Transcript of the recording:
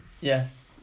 Yes